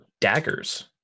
daggers